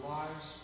lives